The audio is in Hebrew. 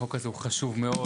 החוק הזה הוא חשוב מאוד,